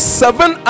seven